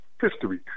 history